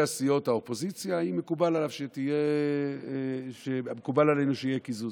סיעות האופוזיציה אם מקובל עלינו שיהיה קיזוז.